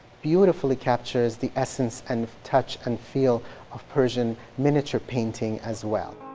beautifully captures the essence and touch and feel of persian miniature painting as well.